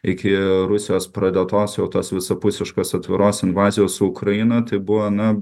iki rusijos pradėtos jo tas visapusiškas atviros invazijos į ukrainą tai buvo na